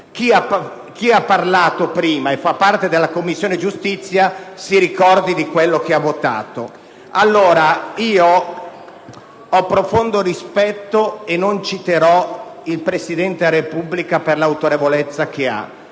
Chi ha parlato prima e fa parte della Commissione giustizia si ricordi di quello che ha votato. *(Applausi dal Gruppo PD).* Ho profondo rispetto e non citerò il Presidente della Repubblica, per l'autorevolezza che ha.